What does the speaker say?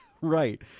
Right